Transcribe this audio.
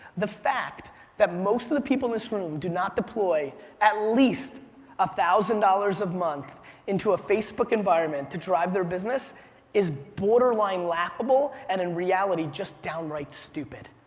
the fact that most of the people in this room do not deploy at least a thousand dollars a month into a facebook environment to drive their business is borderline laughable and in reality just down right stupid.